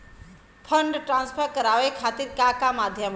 Fund transfer करवाये खातीर का का माध्यम बा?